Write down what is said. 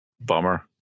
Bummer